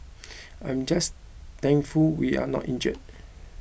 I am just thankful we are not injured